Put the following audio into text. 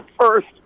first